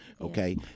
Okay